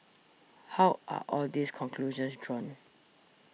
how are all these conclusions drawn